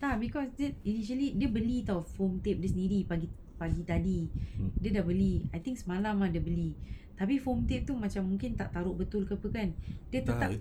ah because dia initially dia beli [tau] for dia sendiri pagi pagi tadi dia dah beli I think semalam ah dia beli tapi phone tip dia mungkin macam tak taruk betul ke apa kan dia tak